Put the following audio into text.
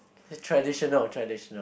traditional traditional